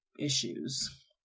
issues